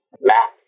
map